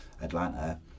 Atlanta